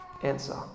answer